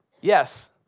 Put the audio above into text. Yes